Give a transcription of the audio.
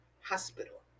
hospital